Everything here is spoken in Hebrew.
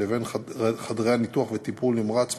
לבין חדרי ניתוח וטיפול נמרץ,